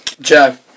Joe